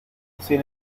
sin